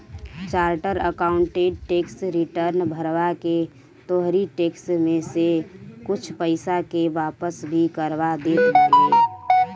charter accountant tax return भरवा के तोहरी टेक्स में से कुछ पईसा के वापस भी करवा देत बाने